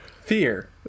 fear